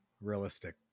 realistic